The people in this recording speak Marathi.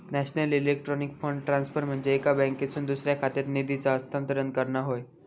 नॅशनल इलेक्ट्रॉनिक फंड ट्रान्सफर म्हनजे एका बँकेतसून दुसऱ्या खात्यात निधीचा हस्तांतरण करणा होय